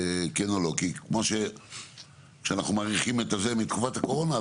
כמו שאנחנו מאריכים מתקופת הקורונה,